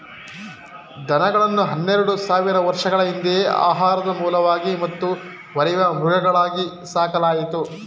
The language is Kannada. ದನಗಳನ್ನು ಹನ್ನೆರೆಡು ಸಾವಿರ ವರ್ಷಗಳ ಹಿಂದೆಯೇ ಆಹಾರದ ಮೂಲವಾಗಿ ಮತ್ತು ಹೊರೆಯ ಮೃಗಗಳಾಗಿ ಸಾಕಲಾಯಿತು